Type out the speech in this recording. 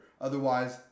Otherwise